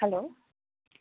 hello